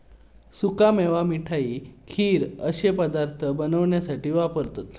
सुका मेवा मिठाई, खीर अश्ये पदार्थ बनवण्यासाठी वापरतत